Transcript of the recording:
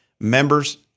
members